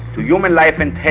to human life and health